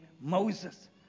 Moses